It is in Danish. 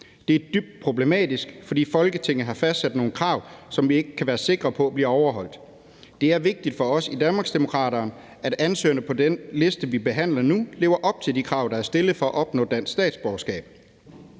Det er dybt problematisk, for Folketinget har fastsat nogle krav, som vi ikke kan være sikre på bliver overholdt. Det er vigtigt for os i Danmarksdemokraterne, at ansøgerne på den liste, vi behandler nu, lever op til de krav, der stillet for at opnå dansk statsborgerskab.